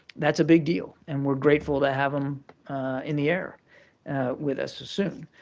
that's a big deal and we're grateful to have them in the air with us soon.